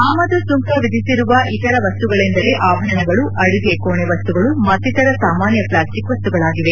ಆಮದು ಸುಂಕ ವಿಧಿಸಿರುವ ಇತರ ವಸ್ತುಗಳೆಂದರೆ ಆಭರಣಗಳು ಅಡುಗೆ ಕೋಣೆ ವಸ್ತುಗಳು ಮತ್ತಿತರ ಸಾಮಾನ್ಯ ಪ್ಲಾಸ್ಟಿಕ್ ವಸ್ತುಗಳಾಗಿವೆ